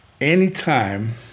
anytime